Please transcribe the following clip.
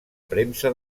premsa